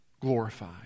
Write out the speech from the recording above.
glorified